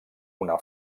una